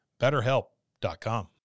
BetterHelp.com